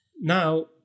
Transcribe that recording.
Now